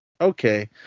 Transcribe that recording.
Okay